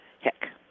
Heck